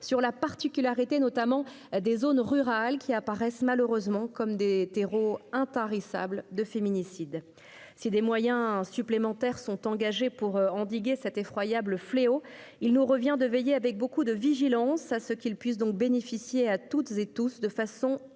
sur la particularité, notamment, des zones rurales, qui apparaissent malheureusement comme des terreaux intarissables de féminicides. Si des moyens supplémentaires sont engagés pour endiguer cet effroyable fléau, il nous revient de veiller avec beaucoup de vigilance qu'ils puissent bénéficier à toutes et tous de façon